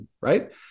right